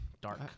Dark